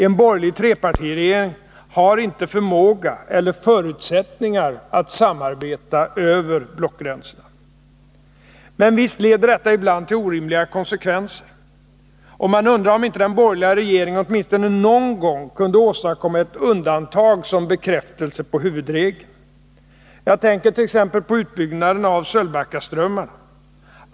En borgerlig trepartiregering har inte förmåga eller förutsättningar att samarbeta över blockgränserna. Men visst leder detta ibland till orimliga konsekvenser. Och man undrar om inte den borgerliga regeringen åtminstone någon gång kunde åstadkomma ett undantag som bekräftelse på huvudregeln. Jag tänker t.ex. på utbyggnaden av Sölvbackaströmmarna.